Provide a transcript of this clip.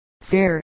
sir